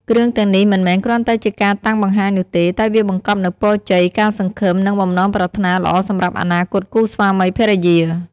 គ្រឿងទាំងនេះមិនមែនគ្រាន់តែជាការតាំងបង្ហាញនោះទេ តែវាបង្កប់នូវពរជ័យ ការសង្ឃឹម និងបំណងប្រាថ្នាល្អសម្រាប់អនាគតគូស្វាមីភរិយា។